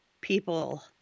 people